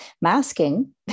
masking